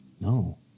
No